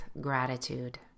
gratitude